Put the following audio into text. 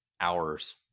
hours